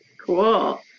Cool